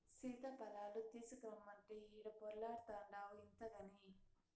సీతాఫలాలు తీసకరమ్మంటే ఈడ పొర్లాడతాన్డావు ఇంతగని